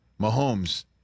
Mahomes